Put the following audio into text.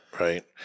right